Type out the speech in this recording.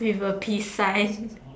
with a peace sign